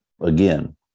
again